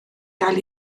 gael